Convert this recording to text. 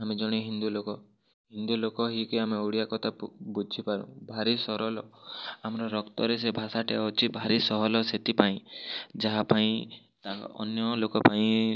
ଆମେ ଜଣେ ହିନ୍ଦୁ ଲୋକ ହିନ୍ଦୁ ଲୋକ ହେଇକି ଆମେ ଓଡ଼ିଆ କଥା ବୁ ବୁଝିପାରୁ ଭାରି ସରଳ ଆମ ରକ୍ତରେ ସେଇ ଭାଷାଟା ଅଛି ଭାରି ସହଲ୍ ସେଥିପାଇଁ ଯାହା ପାଇଁ ତାହା ଅନ୍ୟ ଲୋକପାଇଁ